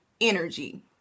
energy